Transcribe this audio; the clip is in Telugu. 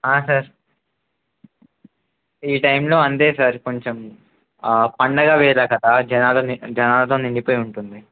సార్ ఈ టైంలో అంతే సార్ కొంచెం పండగ వేళ కదా జనాలు జనాలతో నిండిపోయి ఉంటుంది